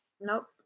Nope